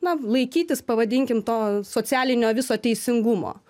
na laikytis pavadinkim to socialinio viso teisingumo